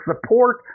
support